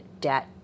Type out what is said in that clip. debt